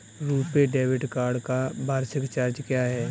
RuPay debit card का वार्षिक charge क्या है?